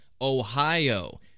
Ohio